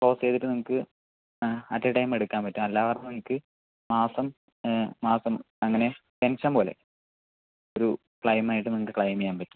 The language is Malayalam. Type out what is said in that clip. ക്ലോസ് ചെയ്തിട്ട് നിങ്ങൾക്ക് അറ്റ് എ ടൈം എടുക്കാൻ പറ്റും അല്ലായെന്ന് പറഞ്ഞാൽ നിങ്ങൾക്ക് മാസം മാസം അങ്ങനെ പെൻഷൻ പോലെ ഒരു ക്ലെയിം ആയിട്ട് നിങ്ങൾക്ക് ക്ലെയിം ചെയ്യാൻ പറ്റും